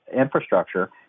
infrastructure